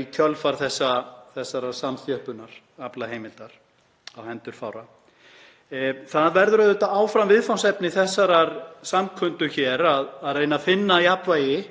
í kjölfar þessarar samþjöppunar aflaheimilda á hendur fárra. Það verður auðvitað áfram viðfangsefni þessarar samkundu hér að reyna að finna jafnvægi